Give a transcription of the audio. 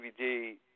DVD